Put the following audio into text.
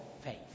faith